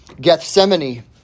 Gethsemane